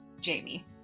Jamie